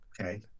Okay